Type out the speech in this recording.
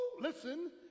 listen